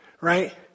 Right